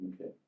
Okay